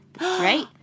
right